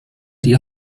die